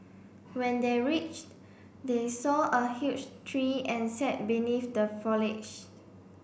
when they reached they saw a huge tree and sat beneath the foliage